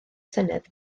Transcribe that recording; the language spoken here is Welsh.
senedd